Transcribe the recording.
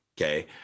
okay